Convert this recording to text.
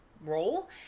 role